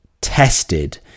tested